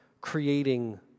creating